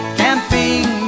camping